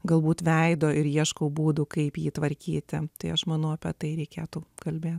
galbūt veido ir ieškau būdų kaip jį tvarkyti tai aš manau apie tai reikėtų kalbėti